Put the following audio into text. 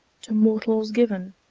to mortals given,